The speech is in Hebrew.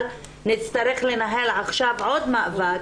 אבל נצטרך לנהל עכשיו עוד מאבק,